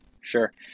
Sure